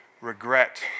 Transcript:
regret